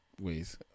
ways